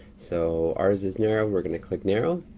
so, ours is narrow. we gonna click narrow.